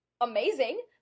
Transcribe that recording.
Amazing